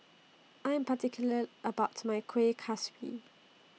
I Am particular about My Kuih Kaswi